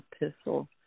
epistle